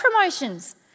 promotions